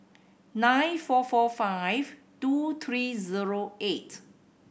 nine four four five two three zero eight